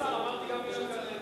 אדוני השר, אמרתי גם, לאילן גילאון.